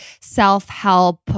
self-help